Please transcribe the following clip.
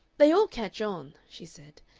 they all catch on, she said.